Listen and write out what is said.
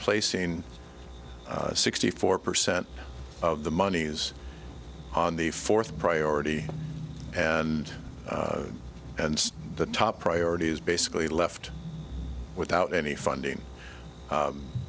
placing sixty four percent of the monies on the fourth priority and and the top priority is basically left without any funding